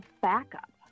backup